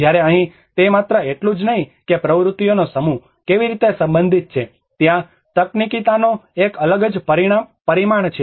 જ્યારે અહીં તે માત્ર એટલું જ નહીં કે પ્રવૃત્તિઓનો સમૂહ કેવી રીતે સંબંધિત છે ત્યાં તકનીકીતાનો એક અલગ જ પરિમાણ તેમાં આવે છે